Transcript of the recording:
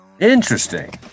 interesting